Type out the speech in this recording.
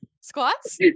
squats